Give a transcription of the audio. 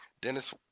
Dennis